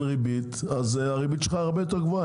ריבית אז הריבית שלך הרבה יותר גבוהה,